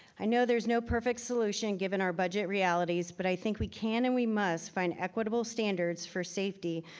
i know there's no perfect solution given our budget realities, but i think we can, and we must find equitable standards for safety